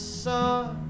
sun